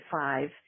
five